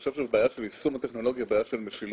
אני חושב שהבעיה של יישום הטכנולוגיה היא בעיה של משילות.